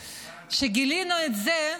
כשגילינו את זה,